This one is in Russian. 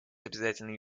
обязательной